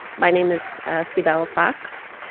my name is cybelle fox.